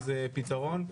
לסדר.